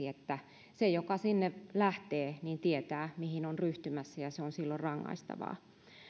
että se joka sinne lähtee tietää mihin on ryhtymässä ja se on silloin rangaistavaa